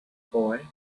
boy